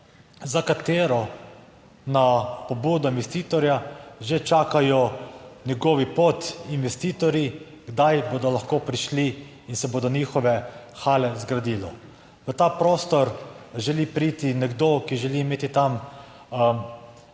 za katero na pobudo investitorja že čakajo njegovi pod investitorji kdaj bodo lahko prišli in se bodo njihove hale zgradilo. V ta prostor želi priti nekdo, ki želi imeti tam